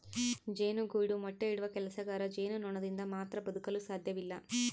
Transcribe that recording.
ಜೇನುಗೂಡು ಮೊಟ್ಟೆ ಇಡುವ ಕೆಲಸಗಾರ ಜೇನುನೊಣದಿಂದ ಮಾತ್ರ ಬದುಕಲು ಸಾಧ್ಯವಿಲ್ಲ